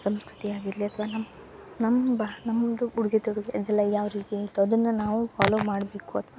ಸಂಸ್ಕೃತಿ ಆಗಿರಲಿ ಅಥ್ವ ನಮ್ಮ ನಮ್ಮ ಬಾ ನಮ್ಮದು ಉಡ್ಗೆ ತೊಡುಗೆ ಅದೆಲ್ಲ ಯಾವ ರೀತಿ ಇತ್ತು ಅದನ್ನ ನಾವು ಫಾಲೋ ಮಾಡಬೇಕು ಅಥ್ವ